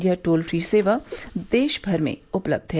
यह toll free सेवा देशमर में उपलब्ध है